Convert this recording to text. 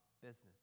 business